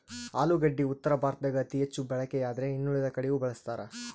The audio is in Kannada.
ಆಲೂಗಡ್ಡಿ ಉತ್ತರ ಭಾರತದಾಗ ಅತಿ ಹೆಚ್ಚು ಬಳಕೆಯಾದ್ರೆ ಇನ್ನುಳಿದ ಕಡೆಯೂ ಬಳಸ್ತಾರ